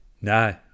No